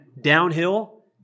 downhill